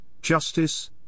justice